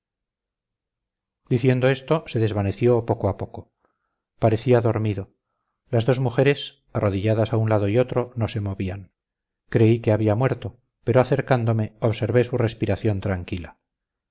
diciendo esto se desvaneció poco a poco parecía dormido las dos mujeres arrodilladas a un lado y otro no se movían creí que había muerto pero acercándome observe su respiración tranquila